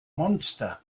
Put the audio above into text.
monster